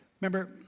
Remember